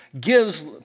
gives